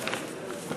2013)